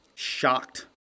Shocked